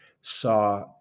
saw